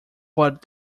but